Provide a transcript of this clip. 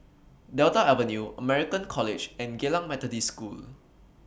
Delta Avenue American College and Geylang Methodist School